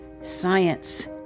science